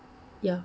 ya